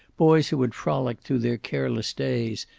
boys who had frolicked through their careless days,